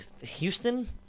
Houston